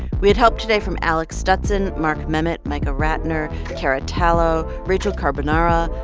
we had help today from alec stutson, mark memmott, micah ratner, cara tallo, rachel carbonara,